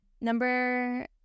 Number